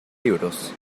libros